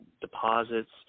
deposits